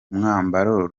umwambaro